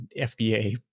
FBA